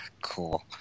Cool